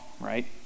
right